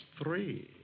three